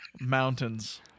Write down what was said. Mountains